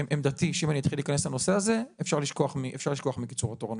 עמדתי שאם אני אתחיל להיכנס לנושא הזה אפשר לשכוח מקיצור התורנויות.